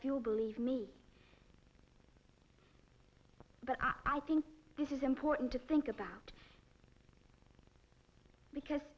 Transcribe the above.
if you'll believe me but i think this is important to think about because